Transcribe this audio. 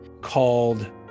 called